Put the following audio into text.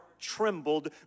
trembled